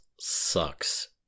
sucks